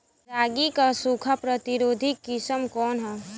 रागी क सूखा प्रतिरोधी किस्म कौन ह?